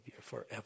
forever